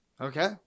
Okay